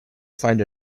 find